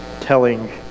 telling